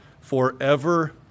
forever